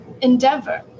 endeavor